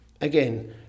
again